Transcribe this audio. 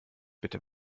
bitte